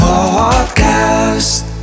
Podcast